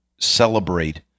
celebrate